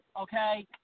Okay